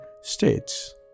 states